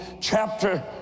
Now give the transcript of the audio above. chapter